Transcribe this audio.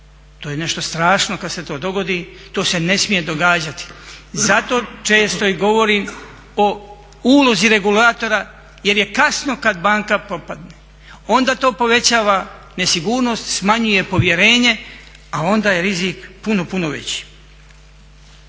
To je nešto strašno kad se to dogodi, to se ne smije događati. Zato često i govorim o ulozi regulatora jer je kasno kad banka propadne, onda to povećava nesigurnost, smanjuje povjerenje, a onda je rizik puno, puno veći.